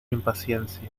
impaciencia